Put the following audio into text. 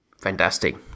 Fantastic